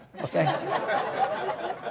okay